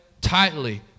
tightly